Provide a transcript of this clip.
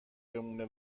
بمونه